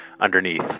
underneath